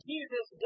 Jesus